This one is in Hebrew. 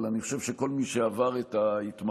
אבל אני חושב שכל מי שעבר את ההתמחות,